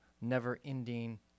never-ending